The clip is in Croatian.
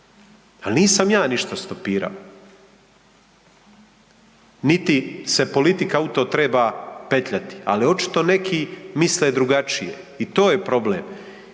Al nisam ja ništa stopirao, niti se politika u to treba petljati, ali očito neki misle drugačije i to je problem.